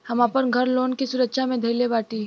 हम आपन घर लोन के सुरक्षा मे धईले बाटी